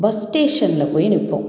bus ஸ்டேஷனில் போய் நிற்போம்